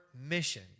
mission